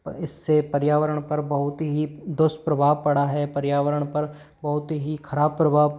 इससे पर्यावरण पर बहुत ही दुष्प्रभाव पड़ा है पर्यावरण पर बहुत ही खराब प्रभाव